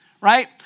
right